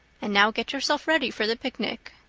and now get yourself ready for the picnic.